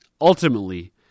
Ultimately